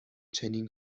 چنین